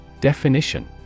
Definition